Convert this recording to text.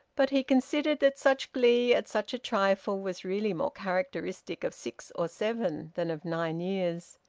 but he considered that such glee at such a trifle was really more characteristic of six or seven than of nine years.